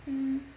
mm